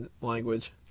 language